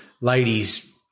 ladies